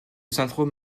syndrome